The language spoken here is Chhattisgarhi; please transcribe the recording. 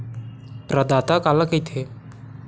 प्रदाता काला कइथे?